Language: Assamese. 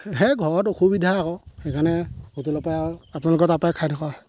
হে ঘৰত অসুবিধা আকৌ সেইকাৰণে হোটেলৰ পাই আৰু আপোনালোকৰ তাৰ পাই খাই থকা হয়